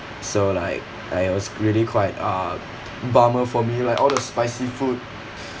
so like I was really quite uh bummer for me like all the spicy food